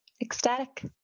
ecstatic